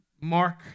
Mark